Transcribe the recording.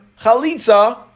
Chalitza